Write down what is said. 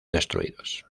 destruidos